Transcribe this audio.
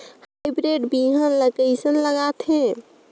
Hybrid बिहान ला कइसन लगाथे?